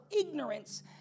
ignorance